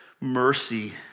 mercy